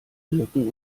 birken